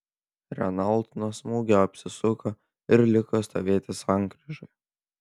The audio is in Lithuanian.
renault nuo smūgio apsisuko ir liko stovėti sankryžoje